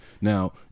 Now